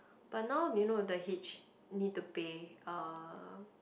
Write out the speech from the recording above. but now you know the Hitch need to pay uh